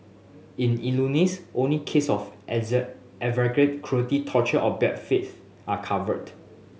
in Illinois only case of exact aggravate cruelty torture or bad faith are covered